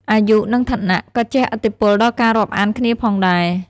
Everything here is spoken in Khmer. អាយុ និងឋានៈក៏ជះឥទ្ធិពលដល់ការរាប់អានគ្នាផងដែរ។